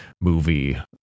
movie